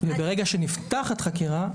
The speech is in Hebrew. וברגע שנפתחת חקירה,